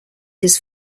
his